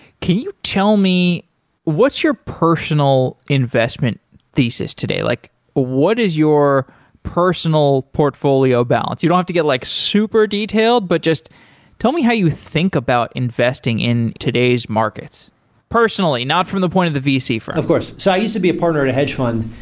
can you tell me what's your personal investment thesis today? like what is your personal portfolio balance? you don't have to get like super detailed, but just tell me how you think about investing in today's markets personally, not from the point of the vc firm of course. so i used to be a partner at a hedge fund.